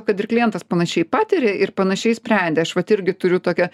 kad ir klientas panašiai patiria ir panašiai sprendė aš vat irgi turiu tokią